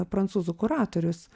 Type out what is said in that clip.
prancūzų kuratorius